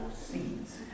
seeds